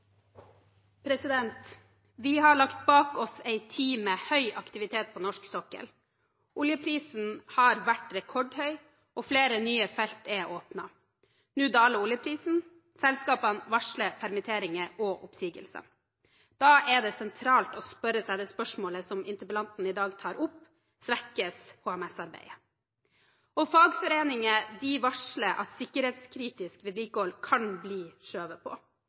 Vi har lagt bak oss en tid med høy aktivitet på norsk sokkel. Oljeprisen har vært rekordhøy, og flere nye felt er åpnet. Nå daler oljeprisen, selskapene varsler permitteringer og oppsigelser. Da er det sentralt å stille seg det spørsmålet som interpellanten i dag tar opp: Svekkes HMS-arbeidet? Fagforeninger varsler at sikkerhetskritisk vedlikehold kan bli skjøvet på.